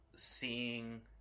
Seeing